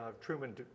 Truman